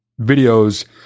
videos